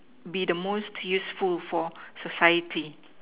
be the most useful for society